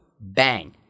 bang